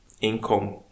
income